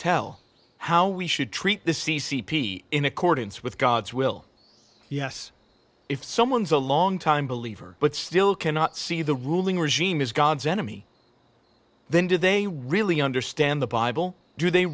tell how we should treat the c c p in accordance with god's will yes if someone is a long time believer but still cannot see the ruling regime is god's enemy then do they really understand the bible do they